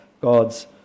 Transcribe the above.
God's